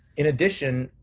in addition,